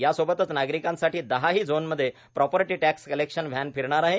यासोबतच नागरिकांसाठी दहाही झोनमध्ये प्रॉपर्टी टॅक्स कलेक्शन व्हॅन फिरणार आहे